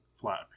flat